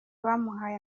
bamuhaye